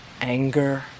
anger